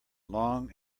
long